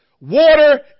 Water